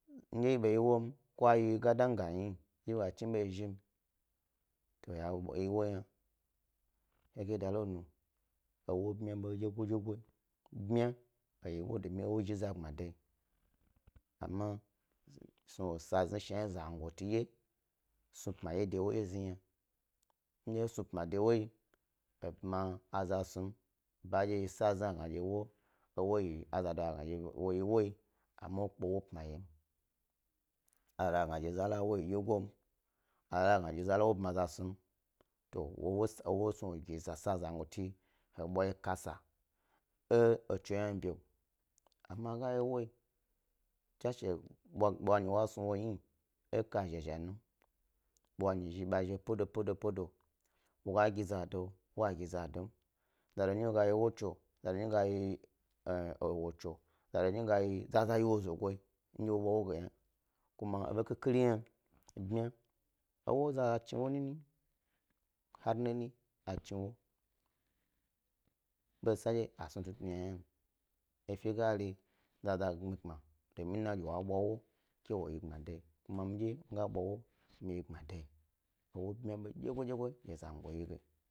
Ndye he ba yi ewoyim, ko ayi gadan ga nu ndye yi ga chni bo yi snu, to ya yi woyim, ewo bmaya bo dyegodye yi, bmaya dye he yi woyi don ewo zhi za gbmadayi amma snu wo sa shnadye zan goti dye snu pman de ewo dye zni yna, ndye he snu pma de ewo yi he pma za snum bandye sa zni a gna ɗye ewo, ewoyi, azado a gna dye woyi amma wo kpe ewo pmayem, a zado ga gna dye zala woyi dyegom, a zado ga gna ɗye zala wop ma za snum. To ewo snug a snu zango ti he ga bwa eye kasa e etso hna bewo, amma he ga yi ewoyi tswashe bwanyi wo snu hni ekayi zhizhi hni bwanyi ba zhi ba pedo pedo pedo wo ga gi zado wag a gi zadom zado nyi ga yi ewo tso zado nyi ga yi ewo tso zado nyi gayi, zaza yi wo zogo ndye wo bwa ewo ga yna, ku ma aɓe khikhiri hna bmaya, ewo za za chni ewo nini har nini a dini ewo bandye sa a snu tnu tnu yna hna efe ga ri zaza gnagbna domin na dye ewo bwa ewo ke woyi gbmadayi. Kuma mi dye ga bwa wo mi yi gbmadayi ewo bmaya be dyegodye go yi ezango ge.